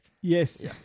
Yes